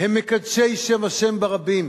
הם מקדשי שם השם ברבים.